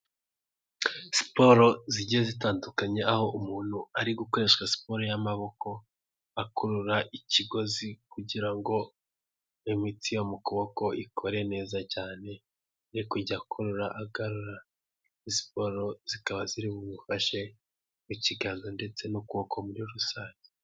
Siporo zigiye zitandukanye, aho umuntu ari gukoresha siporo y'amaboko, akurura ikigozi kugira ngo imitsi yo mu kuboko ikore neza cyane, ari kujya akuru agarura, siporo zikaba ziri bufashe mu kiganza ndetse n'ukuboko muri rusange.